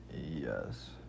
yes